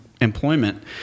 employment